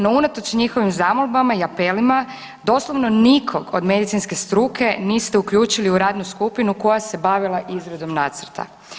No unatoč njihovim zamolbama i apelima doslovno nikog od medicinske struke niste uključili u radnu skupinu koja se bavila izradom nacrta.